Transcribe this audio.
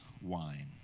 wine